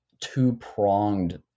two-pronged